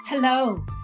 Hello